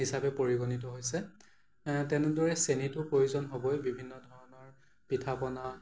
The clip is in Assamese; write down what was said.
হিচাপে পৰিগণিত হৈছে তেন্দৰে চেনিটো প্ৰয়োজন হ'বই বিভিন্ন ধৰণৰ পিঠা পনা